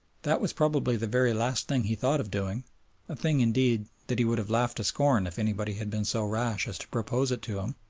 that was probably the very last thing he thought of doing a thing, indeed, that he would have laughed to scorn if anybody had been so rash as to propose it to him.